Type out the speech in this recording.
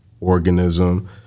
organism